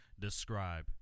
describe